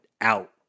out